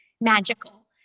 magical